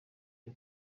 cyo